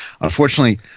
Unfortunately